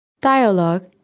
Dialogue